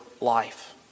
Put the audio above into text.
life